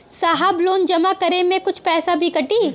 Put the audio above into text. साहब लोन जमा करें में कुछ पैसा भी कटी?